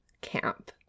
Camp